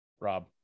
Rob